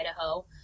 Idaho